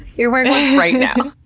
you're wearing one right now!